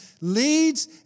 leads